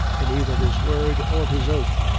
in either his word or his oath